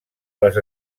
les